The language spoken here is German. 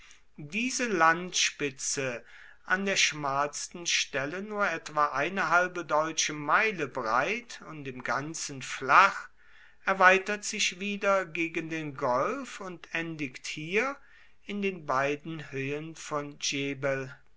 diese landspitze an der schmalsten stelle nur etwa eine halbe deutsche meile breit und im ganzen flach erweitert sich wieder gegen den golf und endigt hier in den beiden höhen von